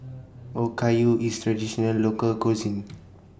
Okayu IS Traditional Local Cuisine